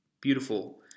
Beautiful